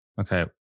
Okay